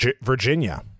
virginia